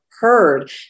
heard